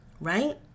right